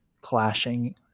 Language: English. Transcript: clashing